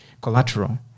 collateral